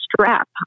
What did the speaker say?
strap